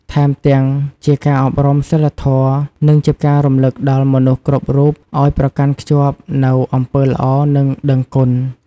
ថែមទាំង ជាការអប់រំសីលធម៌ និងជាការរំឭកដល់មនុស្សគ្រប់រូបឲ្យប្រកាន់ខ្ជាប់នូវអំពើល្អ និងដឹងគុណ។